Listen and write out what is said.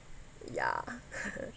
yeah